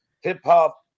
hip-hop